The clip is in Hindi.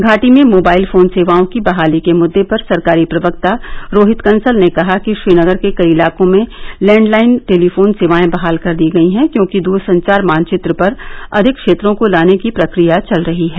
घाटी में मोबाइल फोन सेवाओं की बहाली के मुद्दे पर सरकारी प्रवक्ता रोहित कंसल ने कहा कि श्रीनगर के कई इलाको में लैंडलाइन टेलीफोन सेवाएं बहाल कर दी गई हैं क्योंकि द्रसंचार मानचित्र पर अधिक क्षेत्रों को लाने की प्रक्रिया चल रही है